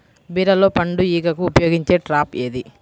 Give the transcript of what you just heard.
బీరలో పండు ఈగకు ఉపయోగించే ట్రాప్ ఏది?